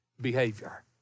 behavior